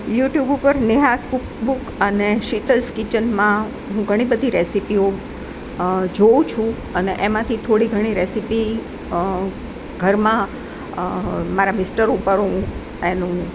YouTube ઉપર Neha's cook book અને શિતલ્સ કિચનમાં હું ઘણીબધી રેસિપીઓ જોઉ છું અને એમાંથી થોડી ઘણી રેસિપી ઘરમાં મારા મિસ્ટર ઉપર હું એનું